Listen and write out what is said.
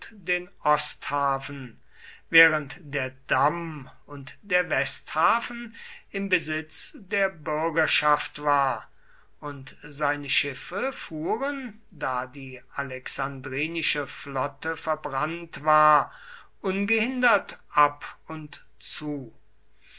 den osthafen während der damm und der westhafen im besitz der bürgerschaft war und seine schiffe fuhren da die alexandrinische flotte verbrannt war ungehindert ab und zu